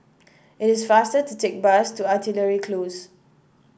it is faster to take bus to Artillery Close